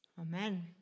Amen